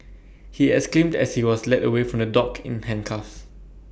he exclaimed as he was led away from the dock in handcuffs